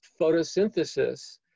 photosynthesis